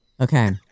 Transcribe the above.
Okay